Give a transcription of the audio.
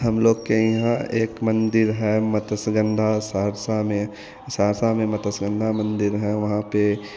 हम लोग के यहां एक मंदिर है मत्स्यगंधा सहरसा में सहरसा में मत्स्यगंधा मंदिर है वहाँ पर